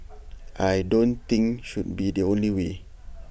I don't think should be the only way